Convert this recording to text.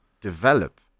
develop